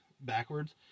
backwards